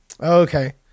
Okay